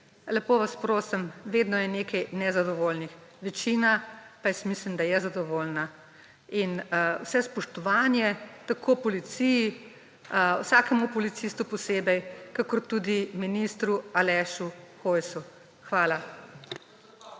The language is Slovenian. lepo vas prosim, vedno je nekaj nezadovoljnih. Večina pa, jaz mislim, je zadovoljna in vse spoštovanje tako policiji, vsakemu policistu posebej, kakor tudi ministru Alešu Hojsu. Hvala.